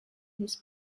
his